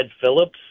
Phillips